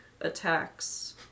attacks